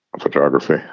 Photography